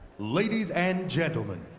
ladies and gentlemen,